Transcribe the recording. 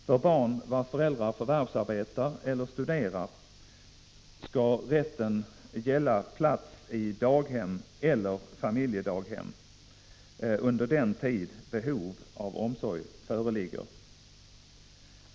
För barn vars vårdnadshavare förvärvsarbetar eller studerar skall rätten gälla plats i daghem eller familjedaghem under den tid behov av omsorg föreligger.